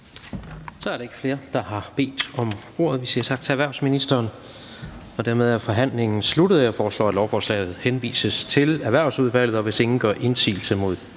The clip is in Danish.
Så er der ikke flere, der har bedt om ordet. Vi siger tak til erhvervsministeren. Dermed er forhandlingen sluttet. Jeg foreslår, at lovforslaget henvises til Erhvervsudvalget. Hvis ingen gør indsigelse,